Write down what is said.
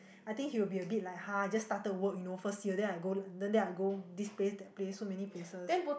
I think he would be a bit like hard just started work you know first year then I go London then I go this place that place so many places